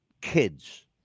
kids